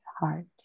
heart